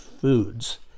foods